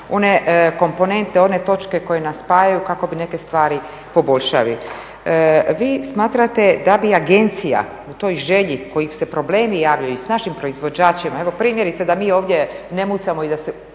one komponente, one točke koje nas spajaju kako bi neke stvari poboljšali. Vi smatrate da bi agencija u toj želji koji se problemi javljaju i s našim proizvođačima, evo primjerice da mi ovdje ne mucamo i da se potpuno